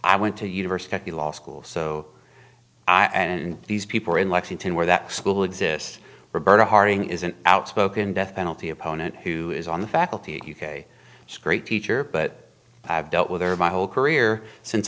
i went to university law school so i and these people in lexington where that school exist roberta harding is an outspoken death penalty opponent who is on the faculty at u k it's great teacher but i've dealt with her my whole career since